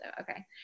okay